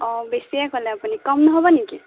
অঁ বেছিয়ে ক'লে আপুনি কম নহ'ব নিকি